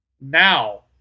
Now